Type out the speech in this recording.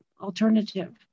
alternative